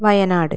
Wayanad